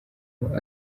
umuntu